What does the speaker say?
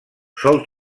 sol